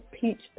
peach